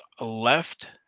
left